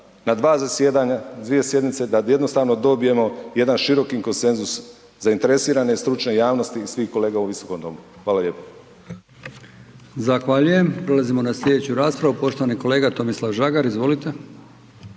na dvije sjednice, da jednostavno dobijemo jedan široki konsenzus zainteresirane stručne javnosti i svih kolega u ovom Visokom domu. Hvala lijepa.